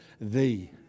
thee